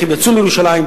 איך הם יצאו מירושלים.